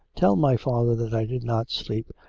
tell my father that i did not sleep,